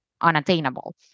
unattainable